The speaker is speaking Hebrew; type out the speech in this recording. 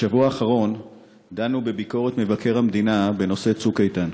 בשבוע האחרון דנו בביקורת מבקר המדינה בנושא "צוק איתן".